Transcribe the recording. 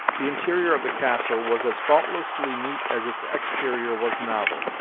the interior of the castle was as faultlessly neat as its exterior was novel.